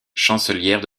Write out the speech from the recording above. chancelière